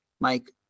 Mike